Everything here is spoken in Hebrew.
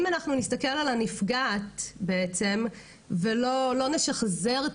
אם אנחנו נסתכל על הנפגעת ולא נשחזר את